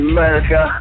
America